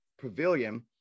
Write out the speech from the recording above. pavilion